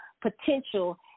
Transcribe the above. potential